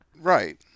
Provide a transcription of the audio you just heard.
Right